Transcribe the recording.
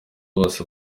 bose